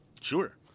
Sure